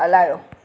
हलायो